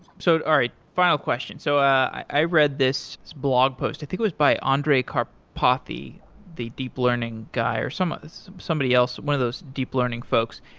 so all right, final question. so i i read this blog post. i think it was by andre carpothee, the deep learning guy, or somebody somebody else, one of those deep learning folks.